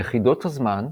יחידות הזמן,